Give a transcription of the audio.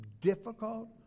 difficult